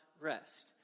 rest